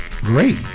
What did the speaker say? Great